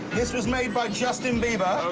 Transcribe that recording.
this is made by justin bieber.